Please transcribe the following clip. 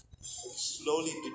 slowly